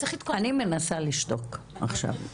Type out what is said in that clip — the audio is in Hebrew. אני מנסה לשתוק עכשיו.